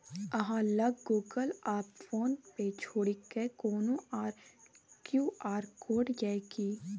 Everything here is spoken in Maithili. अहाँ लग गुगल आ फोन पे छोड़िकए कोनो आर क्यू.आर कोड यै कि?